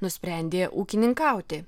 nusprendė ūkininkauti